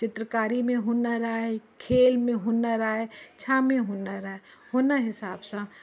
चित्रकारी में हुनर आहे खेल में हुनर आहे छा में हुनर आहे हुन हिसाब सां